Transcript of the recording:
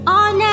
on